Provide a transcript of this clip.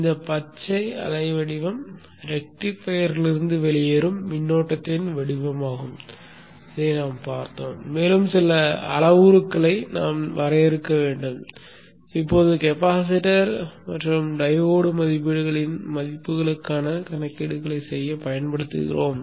இந்த பச்சை அலை வடிவம் ரெக்டிபயர்யிலிருந்து வெளியேறும் மின்னோட்டத்தின் வடிவமாகும் என்று நாம் பார்த்தோம் மேலும் சில அளவுருக்களை நாம் வரையறுக்க வேண்டும் இப்போது கெபாசிட்டர் மற்றும் டையோடு மதிப்பீடுகளின் மதிப்புகளுக்கான கணக்கீடுகளைச் செய்ய பயன்படுத்துகிறோம்